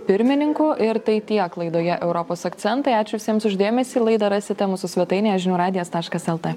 pirmininku ir tai tiek laidoje europos akcentai ačiū visiems už dėmesį laidą rasite mūsų svetainėje žinių radijas taškas lt